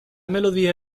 melodía